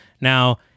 Now